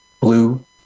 blue